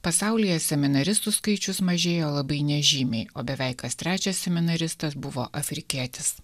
pasaulyje seminaristų skaičius mažėjo labai nežymiai o beveik kas trečias seminaristas buvo afrikietis